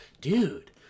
Dude